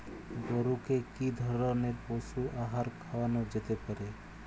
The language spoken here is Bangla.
গরু কে কি ধরনের পশু আহার খাওয়ানো যেতে পারে?